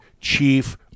chief